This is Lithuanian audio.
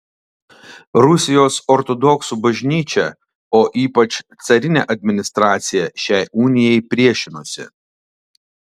rusijos ortodoksų bažnyčia o ypač carinė administracija šiai unijai priešinosi